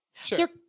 Sure